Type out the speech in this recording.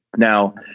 now,